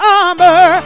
armor